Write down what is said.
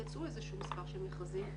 יצאו כמה מכרזים.